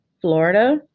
Florida